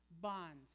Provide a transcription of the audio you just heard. bonds